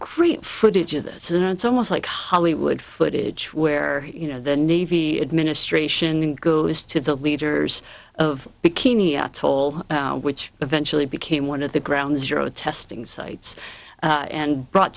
great footage of this in it's almost like hollywood footage where you know the navy administration goes to the leaders of bikini atoll which eventually became one of the ground zero testing sites and brought